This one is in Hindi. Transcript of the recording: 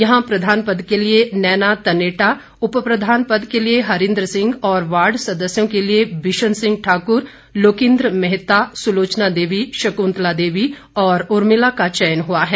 यहां प्रधान पद के लिए नैना तनेटा उपप्रधान पद के लिए हरिंद्र सिंह और वार्ड सदस्यों के लिए बिशन सिंह ठाकुर लोकिन्द्र मेहता सुलोचना देवी शक्न्तला देवी और उर्मिला का चयन हुआ है